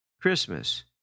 Christmas